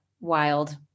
wild